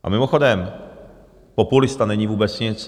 A mimochodem, populista není vůbec nic.